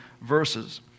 verses